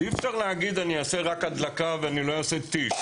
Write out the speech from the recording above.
אי אפשר להגיד: אני אעשה רק הדלקה ולא אעשה טיש.